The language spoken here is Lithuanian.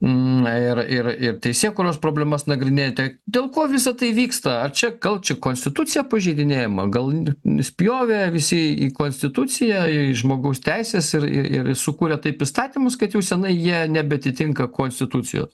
na ir ir teisėkūros problemas nagrinėjate dėl ko visa tai vyksta ar čia gal čia konstitucija pažeidinėjama gal nu nuspjovė visi į konstituciją į žmogaus teises ir ir sukurė taip įstatymus kad jau seniai jie nebeatitinka konstitucijos